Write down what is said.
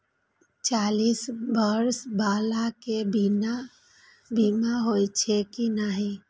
चालीस बर्ष बाला के बीमा होई छै कि नहिं?